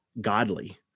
Godly